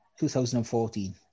2014